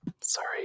Sorry